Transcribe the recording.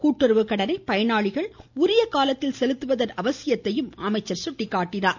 கூட்டுறவு கடனை பயனாளிகள் உரிய காலத்தில் செலுத்துவதன் அவசியத்தையும் அமைச்சர் எடுத்துரைத்தார்